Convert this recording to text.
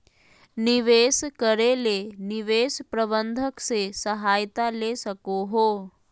निवेश करे ले निवेश प्रबंधक से सहायता ले सको हो